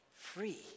free